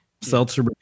seltzer